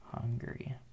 Hungry